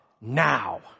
Now